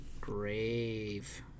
Grave